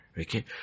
Okay